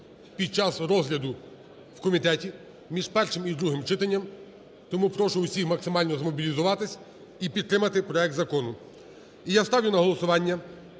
під час розгляду в комітеті між першим і другим читанням. Тому прошу усіх максимально змобілізуватися і підтримати проект закону. І я ставлю на голосування